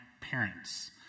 parents